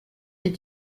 est